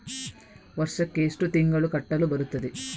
ವರ್ಷಕ್ಕೆ ಎಷ್ಟು ತಿಂಗಳು ಕಟ್ಟಲು ಬರುತ್ತದೆ?